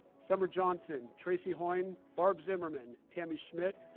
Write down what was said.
summer johnson, tracy hoien, barb zimmerman, tammy schmidt,